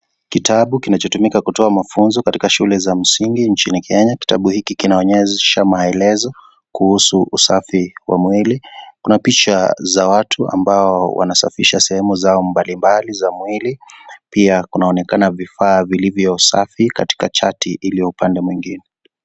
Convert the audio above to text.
Kitabu kinachotumika kutoa mafunzo katika shule za msingi nchini Kenya, kitabu hiki kinaonyesha maelezo kuhusu usafi wa mwili na picha za watu ambao wanasafisha sehemu zao mbalimbali za mwili pia kunaonekana vifaa vilivyo safi katika chati ulio upande mwingine.